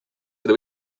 seda